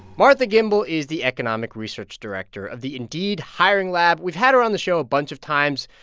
martha gimbel is the economic research director of the indeed hiring lab. we've had her on the show a bunch of times.